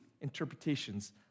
interpretations